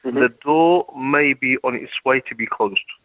the door may be on its way to be closed,